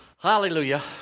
hallelujah